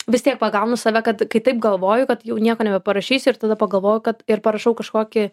vis tiek pagaunu save kad kai taip galvoju kad jau nieko nebeparašysiu ir tada pagalvoju kad ir parašau kažkokį